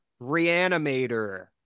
reanimator